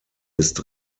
ist